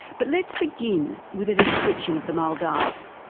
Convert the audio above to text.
but let's begin with a description of the maldives,